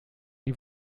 die